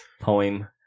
Poem